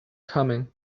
coming